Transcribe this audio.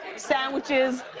sandwiches,